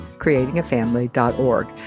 creatingafamily.org